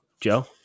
Joe